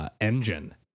Engine